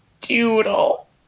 doodle